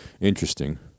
interesting